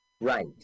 Right